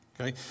okay